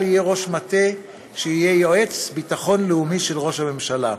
יהיה ראש מטה שיהיה יועץ ביטחון לאומי של ראש הממשלה.